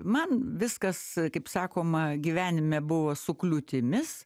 man viskas kaip sakoma gyvenime buvo su kliūtimis